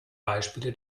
beispiele